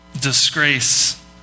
disgrace